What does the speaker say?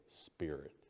Spirit